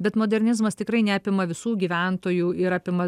bet modernizmas tikrai neapima visų gyventojų ir apima